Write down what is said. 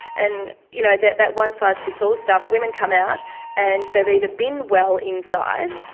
and you know that that one-size-fits-all stuff, women come out and they've either been well inside,